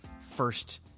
first